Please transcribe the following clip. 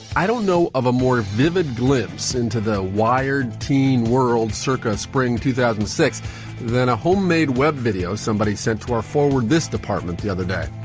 i don't know of a more vivid glimpse into the wired teen world circa spring two thousand and six than a homemade web video somebody sent to our forward this department the other day